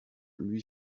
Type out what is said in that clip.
lui